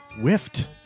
whiffed